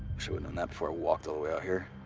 would known that before walked all the way out here.